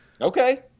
Okay